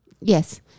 yes